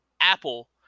Apple